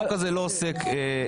החוק הזה לא עוסק בפרט באריה דרעי,